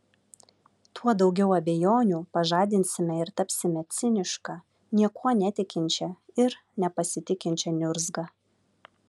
tuo daugiau abejonių pažadinsime ir tapsime ciniška niekuo netikinčia ir nepasitikinčia niurzga